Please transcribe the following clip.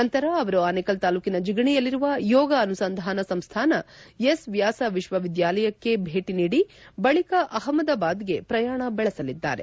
ನಂತರ ಅವರು ಆನೇಕಲ್ ತಾಲೂಕಿನ ಜಿಗಣಿಯಲ್ಲಿರುವ ಯೋಗ ಅನುಸಂಧಾನ ಸಂಸ್ಥಾನ ಎಸ್ ವ್ಯಾಸ ವಿಶ್ವವಿದ್ಯಾಲಯಕ್ಕೆ ಭೇಟಿ ನೀಡಿ ಬಳಿಕ ಅಹಮದಾಬಾದ್ಗೆ ಪ್ರಯಾಣ ಬೆಳೆಸಲಿದ್ದಾರೆ